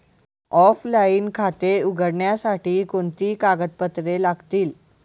Offline खाते उघडण्यासाठी कोणती कागदपत्रे लागतील?